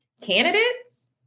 candidates